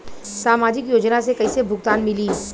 सामाजिक योजना से कइसे भुगतान मिली?